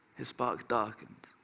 his spark darkened,